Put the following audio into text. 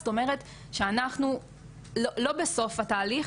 זאת אומרת שאנחנו לא בסוף התהליך,